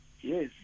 Yes